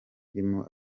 irimo